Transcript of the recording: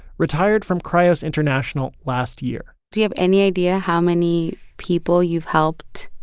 retired from cryos international last year do you have any idea how many people you've helped.